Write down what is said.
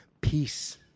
Peace